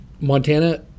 Montana